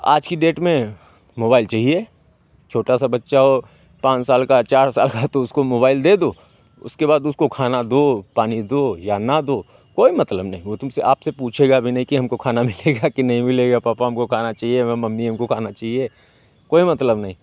आज की डेट में मोबाइल चाहिए छोटा सा बच्चा हो पाँच साल का चार साल का तो उसको मोबाइल दे दो उसके बाद उसको खाना दो पानी दो या ना दो कोई मतलब नहीं वो तुमसे आपसे पूछेगा भी नहीं कि हमको खाना मिलेगा कि नहीं मिलेगा पापा हमको खाना चाहिए मम्मी हमको खाना चाहिए कोई मतलब